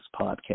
podcast